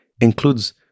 includes